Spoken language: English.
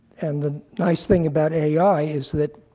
and the nice thing about ai is that